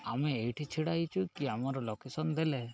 ଆମେ ଏଇଠି ଛିଡ଼ା ହୋଇଛୁ କି ଆମର ଲୋକେସନ ଦେଲେ